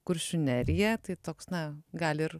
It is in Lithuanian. kuršių nerija tai toks na gali ir